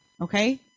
okay